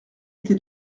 été